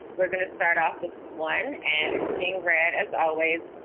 we're going to start off with one. and it's being read, as always,